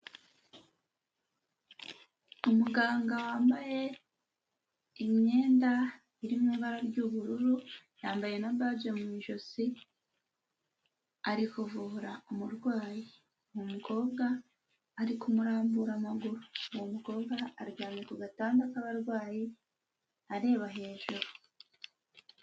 Umuganga wambaye imyenda iri mu ibara ry'ubururu yambaye na baje mu ijosi, ari kuvura umurwayi. Umukobwa ari kumurambura amaguru, uwo mukobwa aryamye ku gatanda k'abarwayi areba hejuru.